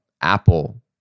Apple